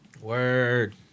Word